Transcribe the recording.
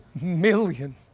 million